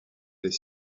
des